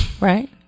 right